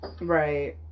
Right